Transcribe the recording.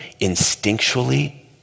instinctually